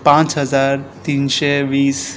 पांच हजार तिनशें वीस